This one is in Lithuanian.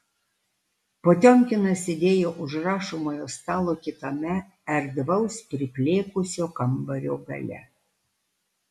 potiomkinas sėdėjo už rašomojo stalo kitame erdvaus priplėkusio kambario gale